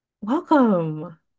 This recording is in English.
welcome